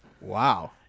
Wow